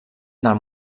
del